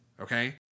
okay